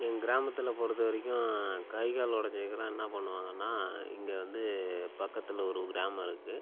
என் கிராமத்தில் பொறுத்தவரைக்கும் கை கால் உடைஞ்சதுக்குல்லாம் என்ன பண்ணுவாங்கன்னா இங்கே வந்து பக்கத்தில் ஒரு கிராமம் இருக்கு